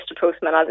Postman